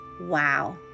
Wow